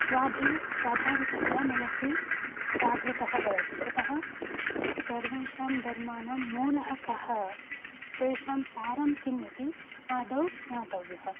स्वाभि स्वाभाविकतया मनसि जागृतः भवति अतः सर्वेषां धर्माणां मूलः कः तेषां सारः किम् इति आदौ ज्ञातव्यम्